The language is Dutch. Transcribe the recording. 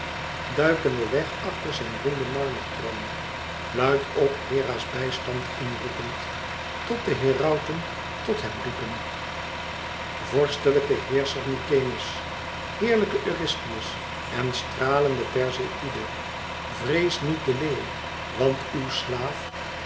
heen duikende weg achter zijn ronden marmertroon luid op hera's bijstand in roepend tot de herauten tot hem riepen vorstelijke heerscher mykenæ's heerlijke eurystheus en stralende perseïde vrees niet den leeuw want uw slaaf